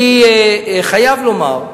אני חייב לומר,